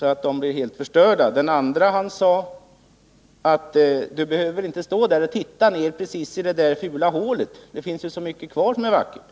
att de blir helt förstörda. Den andre sade: Du behöver väl inte stå och titta precis ner i det fula hålet, det finns så mycket kvar som är vackert.